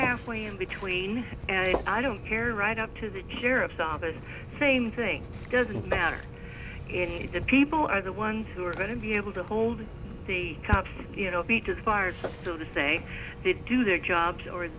halfway in between and i don't care right up to the sheriff's office same thing doesn't matter if the people are the ones who are going to be able to hold the cops you know beat as fires still to say to do their jobs or